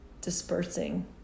dispersing